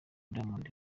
diamond